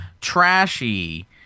Trashy